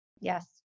Yes